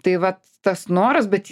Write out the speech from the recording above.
tai vat tas noras bet